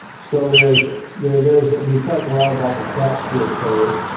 so there's there, there's we've talked a lot about the cat pure code